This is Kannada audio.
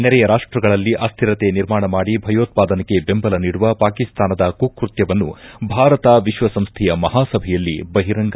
ನೆರೆಯ ರಾಷ್ಟಗಳಲ್ಲಿ ಅಸ್ಟಿರತೆ ನಿರ್ಮಾಣ ಮಾಡಿ ಭಯೋತ್ವಾನೆಗೆ ಬೆಂಬಲ ನೀಡುವ ಪಾಕಿಸ್ತಾನದ ಕುಕೃತ್ಯವನ್ನು ಭಾರತ ವಿಶ್ವಸಂಸ್ಥೆಯ ಮಹಾಸಭೆಯಲ್ಲಿ ಬಹಿರಂಗ